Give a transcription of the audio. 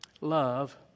love